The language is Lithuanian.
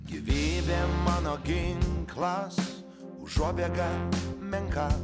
gyvybė mano ginklas užuobėga menka